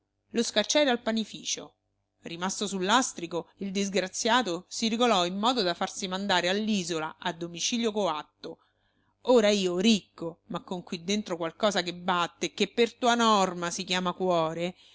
lo scacciai dal panificio rimasto sul lastrico il disgraziato si regolò in modo da farsi mandare all'isola a domicilio coatto ora io ricco ma con qui dentro qualcosa che batte e che per tua norma si chiama cuore